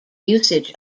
usage